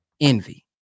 envy